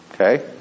okay